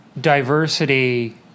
diversity